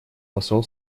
посол